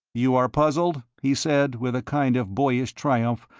you are puzzled? he said, with a kind of boyish triumph,